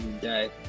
die